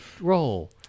roll